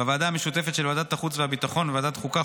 בוועדה המשותפת של ועדת החוץ והביטחון וועדת החוקה,